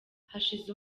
hashize